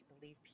believe